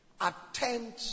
attend